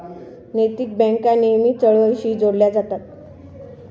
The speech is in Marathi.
नैतिक बँका नेहमीच चळवळींशीही जोडल्या जातात